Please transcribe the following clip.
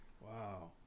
wow